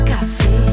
Café